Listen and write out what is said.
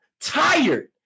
tired